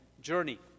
journey